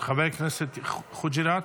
חבר הכנסת חוג'יראת,